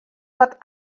wat